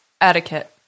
etiquette